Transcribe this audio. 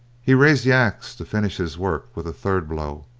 he raised the axe to finish his work with a third blow,